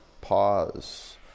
Pause